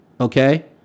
okay